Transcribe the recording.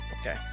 Okay